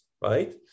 right